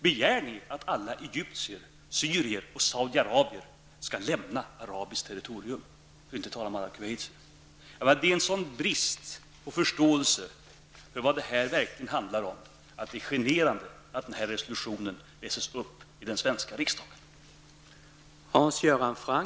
Begär ni att alla saudiaraber, egyptier och syrier skall lämna arabiskt territorium -- för att inte tala om alla kuwaiter? Det är en sådan brist på förståelse för vad det här verkligen handlar om att det är generande att denna resolution har lästs upp i den svenska riksdagen.